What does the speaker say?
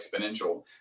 exponential